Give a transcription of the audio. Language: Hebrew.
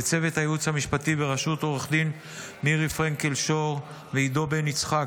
לצוות הייעוץ המשפטי בראשות עורכת הדין מירי פרנקל שור ועידו בן יצחק,